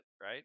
right